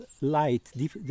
light